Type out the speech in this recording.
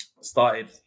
started